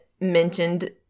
mentioned